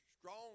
strong